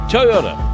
Toyota